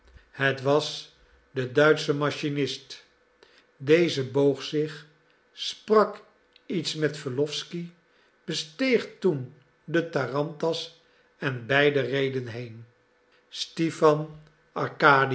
het was de duitsche machinist deze boog zich sprak iets met wesslowsky besteeg toen de tarantas en beiden reden heen stipan